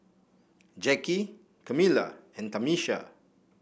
Jacki Camila and Tamisha